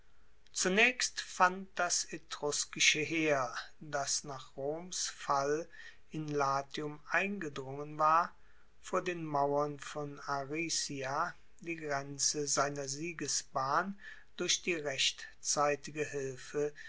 zunaechst fand das etruskische heer das nach roms fall in latium eingedrungen war vor den mauern von aricia die grenze seiner siegesbahn durch die rechtzeitige hilfe